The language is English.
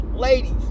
Ladies